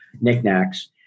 knickknacks